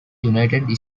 united